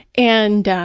and